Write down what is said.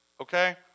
Okay